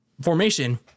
formation